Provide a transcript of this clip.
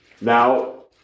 Now